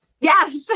yes